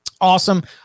awesome